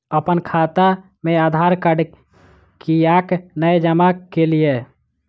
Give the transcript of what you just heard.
अप्पन खाता मे आधारकार्ड कियाक नै जमा केलियै?